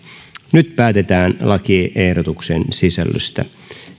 nyt päätetään lakiehdotuksen sisällöstä